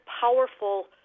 powerful